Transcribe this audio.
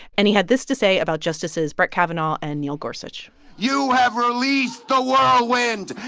and he had this to say about justices brett kavanaugh and neil gorsuch you have released the whirlwind,